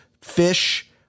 fish